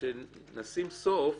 לשים סוף